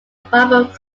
bible